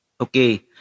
Okay